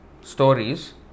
stories